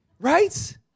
Right